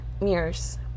mirrors